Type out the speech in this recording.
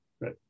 Right